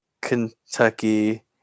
Kentucky